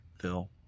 phil